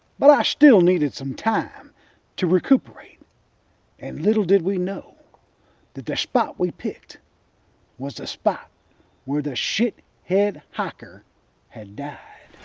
but i still needed some time to recuperate and little did we know. that the spot we picked was the spot where the shithead hiker had died.